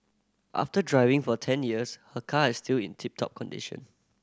after driving for ten years her car is still in tip top condition